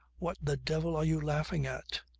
what the devil are you laughing at.